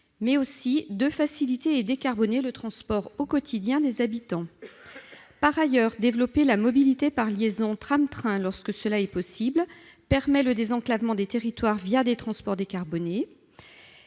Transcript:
mais aussi de faciliter et de décarboner le transport au quotidien des habitants. Par ailleurs, développer la mobilité au moyen d'une liaison tram-train, lorsque cela est possible, permet le désenclavement des territoires des transports décarbonés